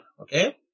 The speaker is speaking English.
Okay